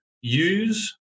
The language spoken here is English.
use